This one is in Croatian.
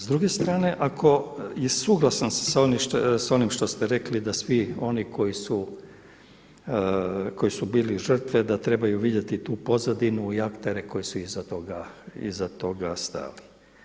S druge strane, ako je suglasan sa onim što ste rekli da svi oni koji su bili žrtve, da trebaju vidjeti tu pozadinu i aktere koji su iza toga stajali.